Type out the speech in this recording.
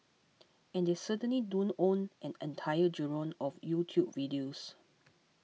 and they certainly don't own an entire genre of YouTube videos